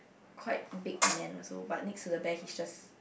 quite big man also but next to the bear he just